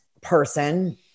person